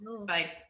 Bye